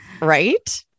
Right